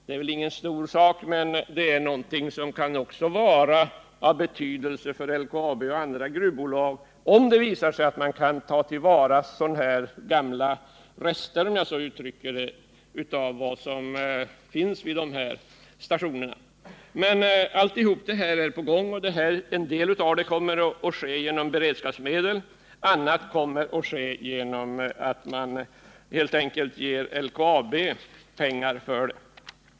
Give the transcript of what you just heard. Det är väl ingen stor sak, men om det visar sig att man kan ta till vara gamla rester, om jag så får säga, vid dessa stationer, så kan detta vara av viss betydelse för LKAB och andra gruvbolag. Allt detta är på gång. En del av det kommer att ske med beredskapsmedel, annat kommer att ske genom att man helt enkelt ger LKAB pengar till det.